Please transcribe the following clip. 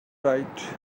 right